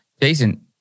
Jason